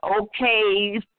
okay